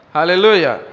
Hallelujah